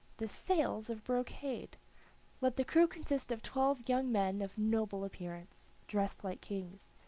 the sails of brocade let the crew consist of twelve young men of noble appearance, dressed like kings.